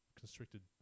constricted